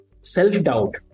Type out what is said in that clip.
self-doubt